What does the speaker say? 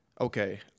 okay